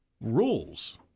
rules